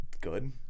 Good